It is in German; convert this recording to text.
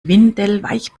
windelweich